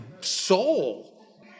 soul